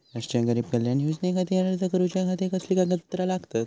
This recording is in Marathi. राष्ट्रीय गरीब कल्याण योजनेखातीर अर्ज करूच्या खाती कसली कागदपत्रा लागतत?